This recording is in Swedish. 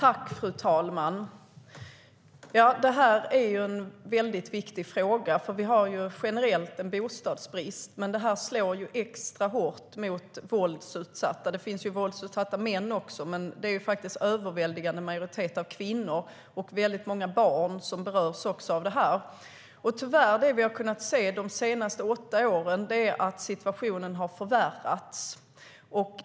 Fru talman! Detta är en väldigt viktig fråga. Vi har bostadsbrist generellt, men det här slår extra hårt mot våldsutsatta. Det finns våldsutsatta män också, men det är en överväldigande majoritet kvinnor och barn som berörs. Tyvärr har vi de senaste åtta åren kunnat se att situationen har förvärrats.